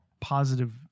positive